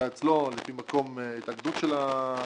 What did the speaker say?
אצלו או לפי מקום התאגדות של הישות,